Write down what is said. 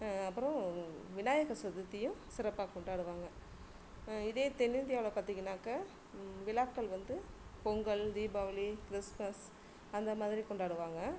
அப்புறம் விநாயகர் சதுர்த்தியும் சிறப்பாக கொண்டாடுவாங்க இதே தென்னிந்தியாவில் பார்த்திங்கனாக்க விழாக்கள் வந்து பொங்கல் தீபாவளி கிறிஸ்மஸ் அந்தமாதிரி கொண்டாடுவாங்க